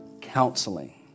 counseling